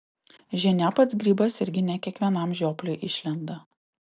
žinia pats grybas irgi ne kiekvienam žiopliui išlenda